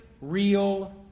real